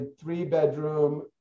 three-bedroom